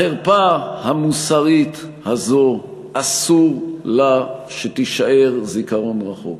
החרפה המוסרית הזאת, אסור לה שתישאר זיכרון רחוק.